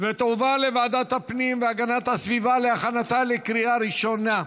ותועבר לוועדת הפנים והגנת הסביבה להכנתה לקריאה ראשונה.